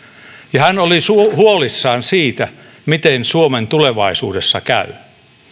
ja hän oli huolissaan siitä miten suomen tulevaisuudessa käy